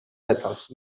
pètals